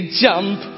jump